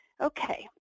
Okay